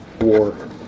war